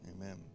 Amen